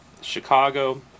Chicago